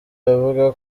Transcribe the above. bavuga